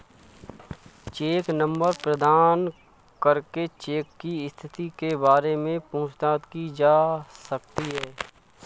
check number प्रदान करके cheque की स्थिति के बारे में पूछताछ की जा सकती है